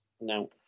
No